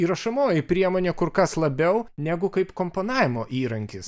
įrašomoji priemonė kur kas labiau negu kaip komponavimo įrankis